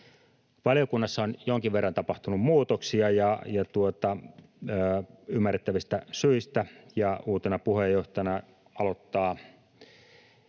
Valiokunnassa on jonkin verran tapahtunut muutoksia ymmärrettävistä syistä. Uutena puheenjohtajana aloittaa